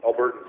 Albertans